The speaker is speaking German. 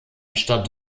stadt